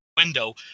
Window